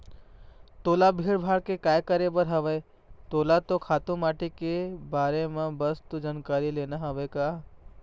तोला भीड़ भाड़ से काय करे बर हवय तोला तो खातू माटी के बारे म बस तो जानकारी लेना हवय का